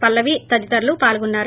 పల్లవి తదితరులు పాల్గొన్నారు